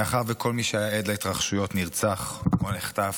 מאחר שכל מי שהיה עד להתרחשויות נרצח או נחטף,